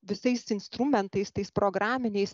visais instrumentais tais programiniais